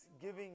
giving